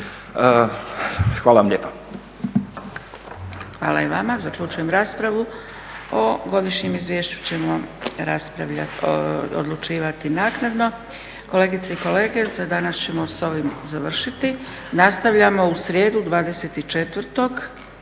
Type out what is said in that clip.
Dragica (SDP)** Hvala i vama. Zaključujem raspravu. O godišnjem izvješću ćemo odlučivati naknadno. Kolegice i kolege, za danas ćemo s ovim završiti. Nastavljamo u srijedu 24.